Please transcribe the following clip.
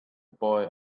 boy